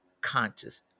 conscious